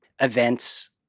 events